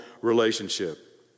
relationship